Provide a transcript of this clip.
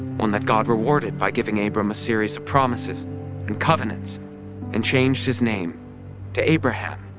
on that god rewarded by giving abraham a series of promises and covenants and changed his name to abraham.